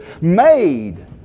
made